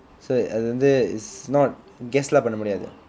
so அது வந்து:qthu vanthu is not guess எல்லாம் பண்ண முடியாது:ellaam panna mudiyaathu